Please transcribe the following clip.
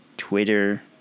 Twitter